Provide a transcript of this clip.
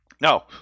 No